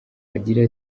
agira